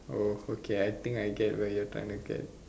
oh okay I think I get where you're trying to get